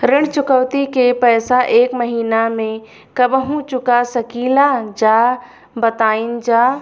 ऋण चुकौती के पैसा एक महिना मे कबहू चुका सकीला जा बताईन जा?